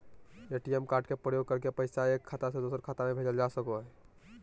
ATM card के प्रयोग करके पैसा एक खाता से दोसर खाता में भेजल जा सको हय